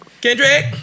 Kendrick